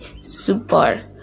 super